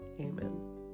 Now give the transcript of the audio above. Amen